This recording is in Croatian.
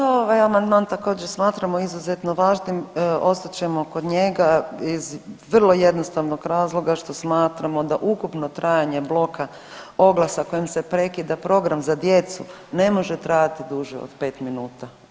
Mi ovaj amandman također smatramo izuzetno važnim, ostat ćemo kod njega iz vrlo jednostavnog razloga što smatramo da ukupno trajanje bloka oglasa kojim se prekida program za djecu ne može trajati duže od 5 minuta.